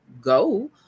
go